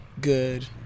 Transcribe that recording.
Good